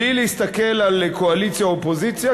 בלי להסתכל על קואליציה אופוזיציה.